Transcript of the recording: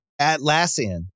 Atlassian